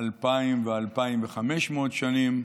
אלפיים ואלפיים וחמש מאות שנים,